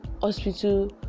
hospital